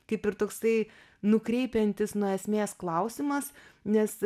kaip ir toksai nukreipiantis nuo esmės klausimas nes